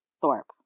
Thorpe